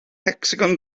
hecsagon